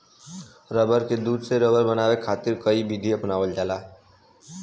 रबड़ के दूध से रबड़ बनावे खातिर कई विधि अपनावल जाला